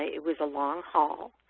it was a long haul.